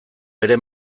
bere